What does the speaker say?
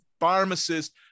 pharmacist